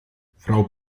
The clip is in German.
frau